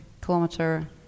kilometer